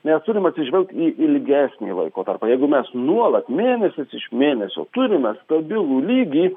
mes turim atsižvelgt į ilgesnį laiko tarpą jeigu mes nuolat mėnesis iš mėnesio turime stabilų lygį